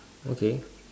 okay